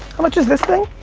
how much is this thing?